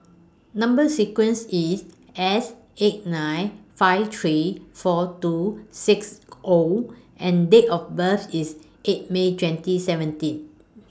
Number sequence IS S eight nine five three four two six O and Date of birth IS eight May twenty seventeen